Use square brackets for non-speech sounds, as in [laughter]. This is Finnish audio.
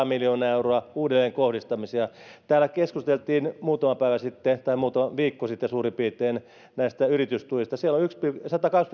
[unintelligible] miljoonaa euroa uudelleenkohdistamisia täällä keskusteltiin muutama päivä sitten tai muutama viikko sitten suurin piirtein näistä yritystuista siellä on satakaksikymmentä